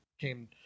came